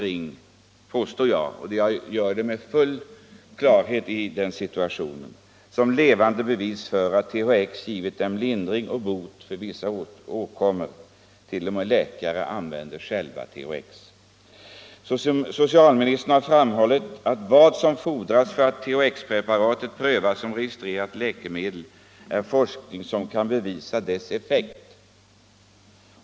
Detta påstår jag, och jag gör det med full kännedom om att det finns människor som är levande bevis för att THX givit lindring och bot vid vissa åkommor och att t.o.m. läkare själva använder THX. Socialstyrelsen har framhållit att vad som fordras för att THX-preparatet skall prövas som registrerat läkemedel är forskning som kan bevisa dess effekt.